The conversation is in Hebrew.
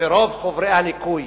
ורוב חומרי הניקוי